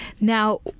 Now